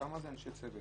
כמה אנשי צוות?